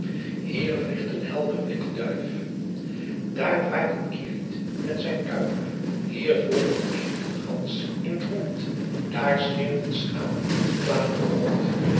ier vliegt een helder witte duif aar draait een kievit met zijn kuif ier floddert eend en gans in t rond aar scheert het schaap den